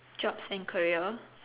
jobs and career